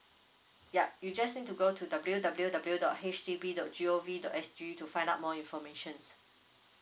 yup you just need to go to W W W dot H D B dot G O V dot S G to find out more information